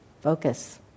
focus